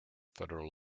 federal